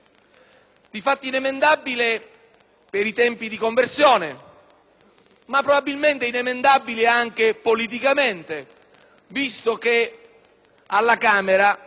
fatto inemendabile per i tempi di conversione, ma probabilmente lo è anche politicamente, visto che alla Camera,